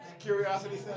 curiosity